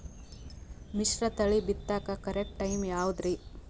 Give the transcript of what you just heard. ಮಿಶ್ರತಳಿ ಬಿತ್ತಕು correct time ಯಾವುದರಿ?